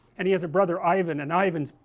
and he has a brother ivan, and ivan is,